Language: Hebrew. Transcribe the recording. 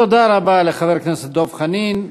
תודה רבה לחבר הכנסת דב חנין.